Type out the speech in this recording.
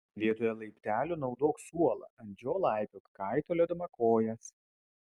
vietoje laiptelių naudok suolą ant jo laipiok kaitaliodama kojas